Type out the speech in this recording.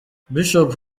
bishop